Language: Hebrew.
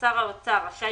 (ג)שר האוצר רשאי,